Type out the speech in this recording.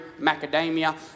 macadamia